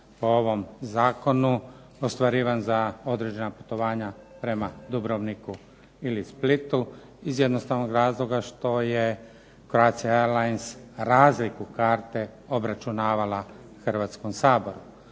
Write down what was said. po ovom zakonu ostvarivan za određena putovanja prema Dubrovniku ili Splitu iz jednostavnog razloga što je Croatia Airlines razliku karte obračunavala Hrvatskom saboru.